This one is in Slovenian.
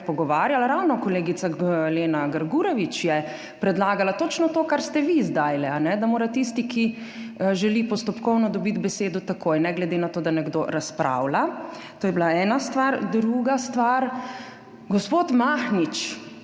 Ravno kolegica Lena Grgurevič je predlagala točno to, kar ste vi zdaj, da mora tisti, ki želi postopkovno, dobiti besedo takoj, ne glede na to, da nekdo razpravlja. To je bila ena stvar. Druga stvar. Gospod Mahnič,